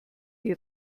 die